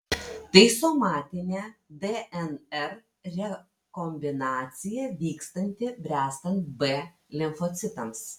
tai somatinė dnr rekombinacija vykstanti bręstant b limfocitams